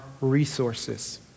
resources